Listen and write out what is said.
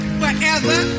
forever